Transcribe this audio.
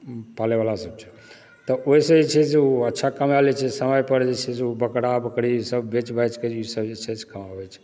पालय वला सब छै तऽ ओहिसँ जे छै ओ अच्छा कमाए लए छै समय पर जे छै से ओ बकरा बकरी ईसब बेच बाचिकऽ ई सब जे छै से कमावै छै